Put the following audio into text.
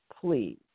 Please